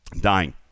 Dying